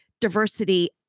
diversity